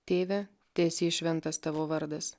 tėve teesie šventas tavo vardas